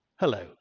Hello